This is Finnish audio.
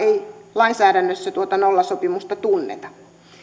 lainsäädännössä tuota nollasopimusta ei tunneta